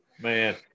Man